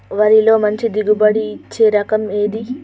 వరిలో మంచి దిగుబడి ఇచ్చే రకం ఏది?